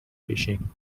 fishing